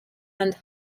and